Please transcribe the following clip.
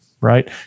right